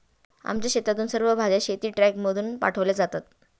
आमच्या शेतातून सर्व भाज्या शेतीट्रकमधून पाठवल्या जातात